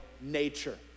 nature